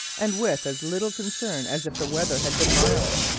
and with as little concern as if the weather had been mild.